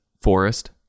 Forest